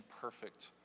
perfect